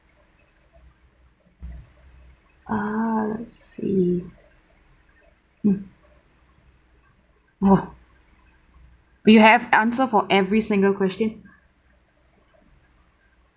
ah I see uh !wah! do you have answer for every single question